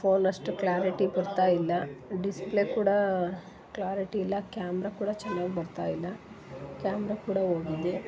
phone ಅಷ್ಟು clarity ಬರ್ತಾ ಇಲ್ಲ ಡಿಸ್ಪ್ಲೇ ಕೂಡ ಕ್ಲ್ಯಾರಿಟಿ ಇಲ್ಲ ಕ್ಯಾಮ್ರ ಕೂಡ ಚೆನ್ನಾಗಿ ಬರ್ತಾ ಇಲ್ಲ ಕ್ಯಾಮ್ರ ಕೂಡ ಹೋಗಿದೆ